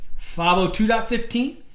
502.15